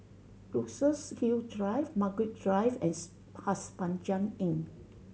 Luxus Hill Drive Margaret Drive and Pasir Panjang Inn